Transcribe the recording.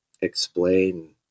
explain